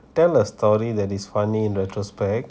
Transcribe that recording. tell a story that is funny in retrospect